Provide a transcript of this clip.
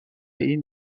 این